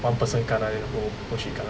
one person kena then the whole whole ship kena